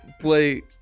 play